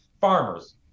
farmers